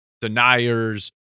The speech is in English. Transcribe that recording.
deniers